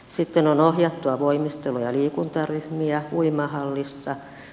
sitten on ohjattuja voimistelu ja liikuntaryhmiä uimahallissa